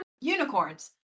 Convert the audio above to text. unicorns